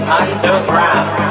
underground